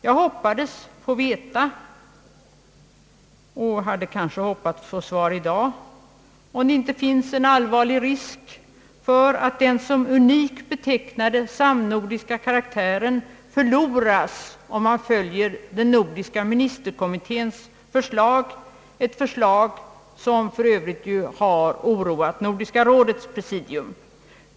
Jag hoppades få veta — och hade kanske hoppats få svar i dag — om det inte finns en allvarlig risk att den som unik betecknade samnordiska karaktären förloras, om man följer den nordiska ministerkommitténs förslag, ett förslag som för övrigt har oroat Nordiska rådets presidium.